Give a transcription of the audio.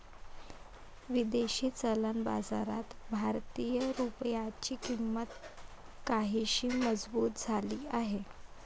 विदेशी चलन बाजारात भारतीय रुपयाची किंमत काहीशी मजबूत झाली आहे